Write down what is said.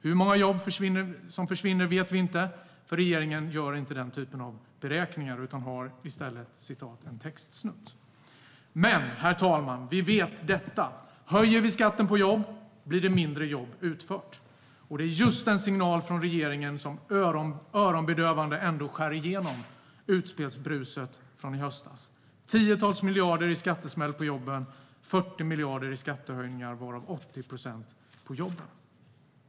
Hur många jobb som försvinner vet vi inte, eftersom regeringen inte gör den typen av beräkningar utan i stället har en så kallad textsnutt. Men, herr talman, vi vet följande: Höjer vi skatten på jobb blir det mindre jobb utfört. Det är just den signalen från regeringen som öronbedövande ändå skär igenom utspelsbruset från i höstas. Det handlar om tiotals miljarder i skattesmäll på jobben och 40 miljarder i skattehöjningar, varav 80 procent på jobben.